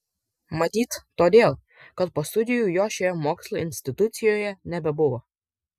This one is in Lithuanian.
matyt todėl kad po studijų jo šioje mokslo institucijoje nebebuvo